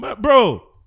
Bro